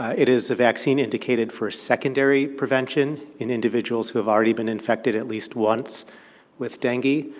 it is a vaccine indicated for secondary prevention in individuals who have already been infected at least once with dengue.